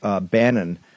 Bannon